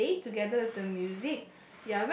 a play together with the music